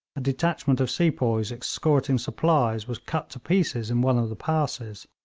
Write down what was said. a detachment of sepoys escorting supplies was cut to pieces in one of the passes.